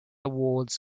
awards